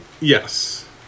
yes